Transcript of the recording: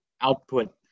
output